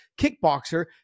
kickboxer